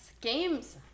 games